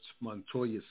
Montoya